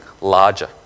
larger